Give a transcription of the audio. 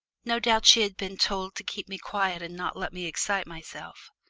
no doubt she had been told to keep me quiet and not let me excite myself.